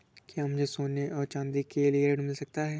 क्या मुझे सोने और चाँदी के लिए ऋण मिल सकता है?